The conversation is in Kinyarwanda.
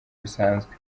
bisanzwe